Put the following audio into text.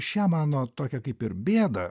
šią mano tokią kaip ir bėdą